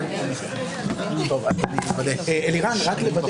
מתכבד לפתוח את